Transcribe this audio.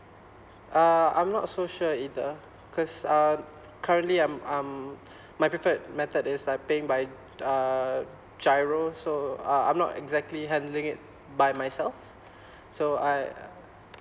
uh I'm not so sure either because um currently I'm I'm my preferred method is like paying by uh GIRO so uh I'm not exactly handling it by myself so I